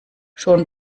schon